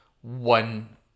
one